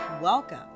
Welcome